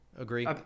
Agree